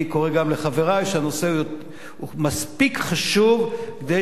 אני קורא גם לחברי: הנושא מספיק חשוב כדי